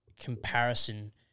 comparison